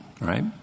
right